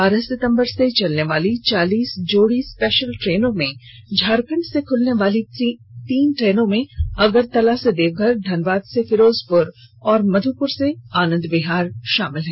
बारह सितबर से चलने वाली चालीस जोड़ी स्पेशल र्ट्रेनों में झारखंड से खुलने वाली तीन ट्रेनों में अगरतल्ला से देवघर धनबाद से फिरोजपुर और मधुपुर से आनन्दबिहार शामिल हैं